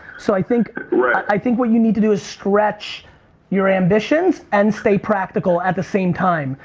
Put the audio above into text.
so i think right. i think what you need to do is stretch your ambitions and stay practical at the same time.